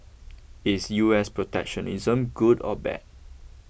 is U S protectionism good or bad